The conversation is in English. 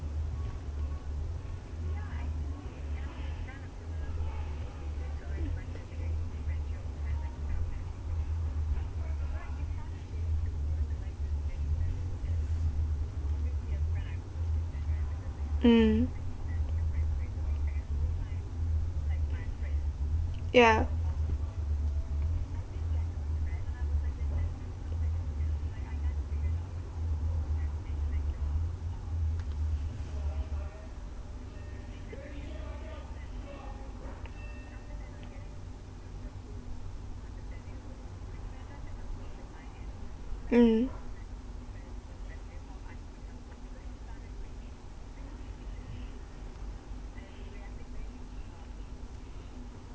mm yeah mm